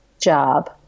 job